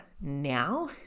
now